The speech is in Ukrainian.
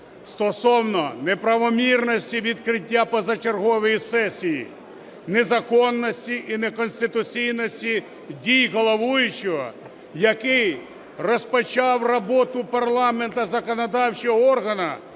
стосовно неправомірності відкриття позачергової сесії, незаконності і неконституційності дій головуючого, який розпочав роботу парламенту – законодавчого органу